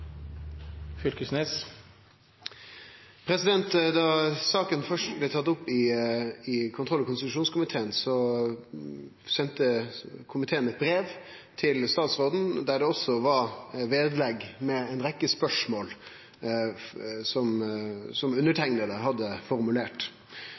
for replikkordskifte. Da saka fyrst blei tatt opp i kontroll- og konstitusjonskomiteen, sende komiteen eit brev til statsråden med vedlegg med ei rekkje spørsmål som